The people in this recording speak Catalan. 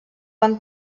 van